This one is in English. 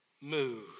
Move